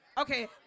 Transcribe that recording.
Okay